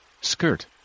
skirt